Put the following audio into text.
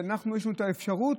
ויש לנו את האפשרות,